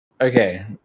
Okay